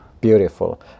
Beautiful